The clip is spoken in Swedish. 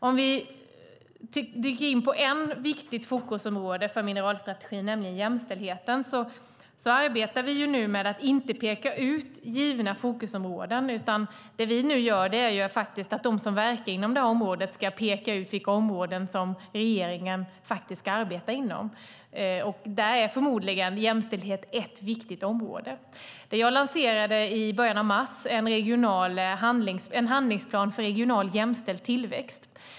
För att dyka in på ett viktigt fokusområde för mineralstrategin, nämligen jämställdheten: Vi arbetar nu med att inte peka ut givna fokusområden. Det vi gör nu är att de som verkar inom området ska peka ut vilka områden som regeringen ska arbeta inom. Där är förmodligen jämställdhet ett viktigt område. Jag lanserade i början av mars en handlingsplan för regional jämställd tillväxt.